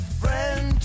friend